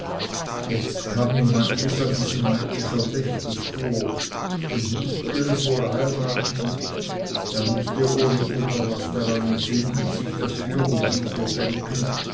jetzt kam ihm manches an diesem meitschi verdächtig vor und mußte er es wohl heiraten er mußte ohne unterlaß daran sinnen sich das für und wider denken